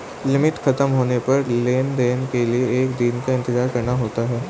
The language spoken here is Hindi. लिमिट खत्म होने पर लेन देन के लिए एक दिन का इंतजार करना होता है